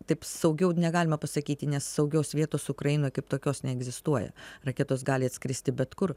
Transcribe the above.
taip saugiau negalima pasakyti ne saugios vietos ukrainoj kaip tokios neegzistuoja raketos gali atskristi bet kur